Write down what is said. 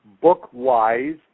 book-wise